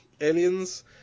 Aliens